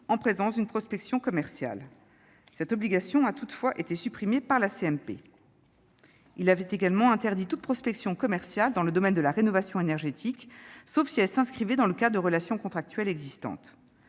en présence d'une prospection commerciale. Cette obligation a toutefois été supprimée par la commission mixte paritaire. Le Sénat avait également interdit toute prospection commerciale dans le domaine de la rénovation énergétique, sauf si celle-ci s'inscrivait dans le cadre de relations contractuelles existantes.